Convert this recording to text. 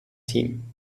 team